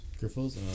Griffles